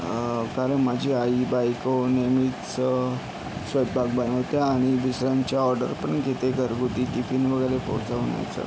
कारण माझी आई बायको नेहमीचं स्वयंपाक बनवते आणि दुसऱ्यांच्या ऑर्डर पण घेते घरगुती टिफिन वगैरे पोहचवण्याचं